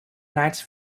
knights